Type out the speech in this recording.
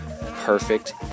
Perfect